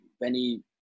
Benny